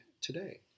Today